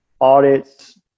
audits